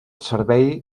servei